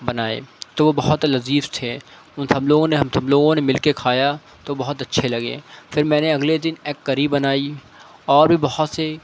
بنائے تو وہ بہت لذیذ تھے ان سب لوگوں نے ہم سب لوگوں نے مل کے کھایا تو بہت اچھے لگے پھر میں نے اگلے دن ایگ کری بنائی اور بھی بہت سی